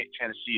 Tennessee